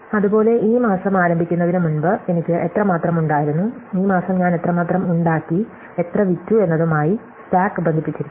അതുപോലെ ഈ മാസം ആരംഭിക്കുന്നതിന് മുമ്പ് എനിക്ക് എത്രമാത്രം ഉണ്ടായിരുന്നു ഈ മാസം ഞാൻ എത്രമാത്രം ഉണ്ടാക്കി എത്ര വിറ്റു എന്നതുമായി സ്റ്റാക്ക് ബന്ധിപ്പിച്ചിരിക്കുന്നു